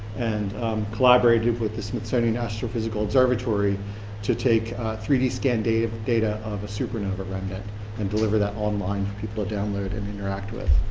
and collaborated with the smithsonian astrophysical observatory to take three d scan data of data of a supernova and and deliver that online for people to download and interact with.